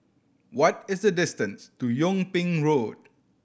what is the distance to Yung Ping Road